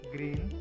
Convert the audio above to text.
Green